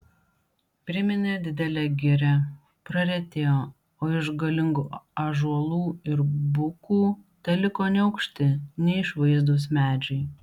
priminė didelę girią praretėjo o iš galingų ąžuolų ir bukų teliko neaukšti neišvaizdūs medžiai